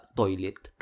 toilet